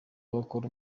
bakora